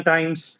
Times